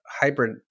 hybrid